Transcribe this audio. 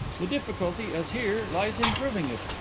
the difficulty, as here, lies in proving it.